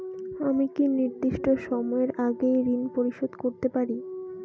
আমি কি নির্দিষ্ট সময়ের আগেই ঋন পরিশোধ করতে পারি?